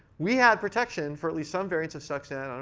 we had protection for at least some variant of stuxnet, i don't